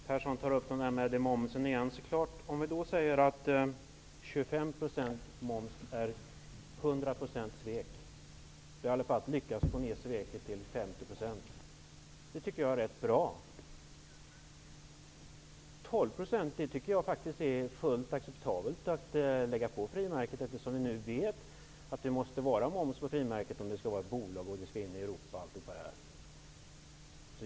Herr talman! Karl-Erik Persson tog upp frågan om momshöjningen igen. Om vi säger att 25 % momshöjning innebär 100-procentigt svek, har vi i alla fall lyckats att begränsa sveket till 50 %. Det tycker jag är rätt bra. 12 % tycker jag faktiskt är fullt acceptabelt att lägga på frimärken. Vi vet att det måste bli moms på frimärken när Posten blir ett bolag och skall in i Europa.